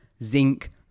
zinc